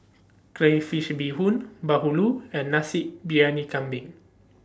Crayfish Beehoon Bahulu and Nasi Briyani Kambing